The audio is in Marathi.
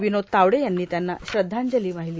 विनोद तावडे यांनी त्यांना श्रद्धांजली वाहिली